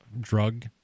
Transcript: drug